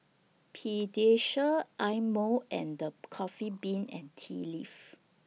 Pediasure Eye Mo and The Coffee Bean and Tea Leaf